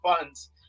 funds